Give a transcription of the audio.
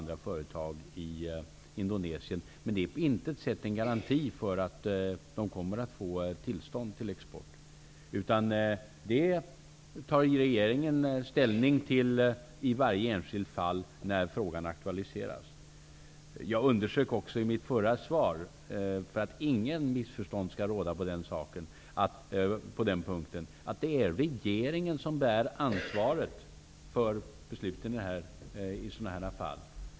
Det är på intet sätt en garanti för att de kommer att få tillstånd till export. Det tar regeringen ställning till i varje enskilt fall när frågan aktualiseras. Jag underströk också i mitt förra svar, för att inget missförstånd skall råda på den punkten, att det är regeringen som bär ansvaret för besluten i dessa fall.